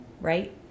right